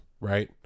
right